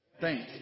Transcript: Thanks